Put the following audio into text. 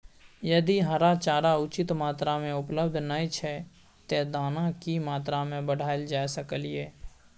यदि हरा चारा उचित मात्रा में उपलब्ध नय छै ते दाना की मात्रा बढायल जा सकलिए?